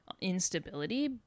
instability